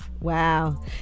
Wow